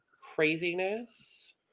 craziness